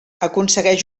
aconsegueix